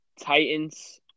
Titans